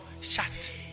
Shut